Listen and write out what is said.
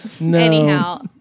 anyhow